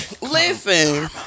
Listen